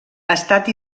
estat